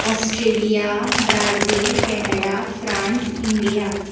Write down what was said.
Australia Brazil Canada France India